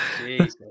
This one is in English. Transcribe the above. Jesus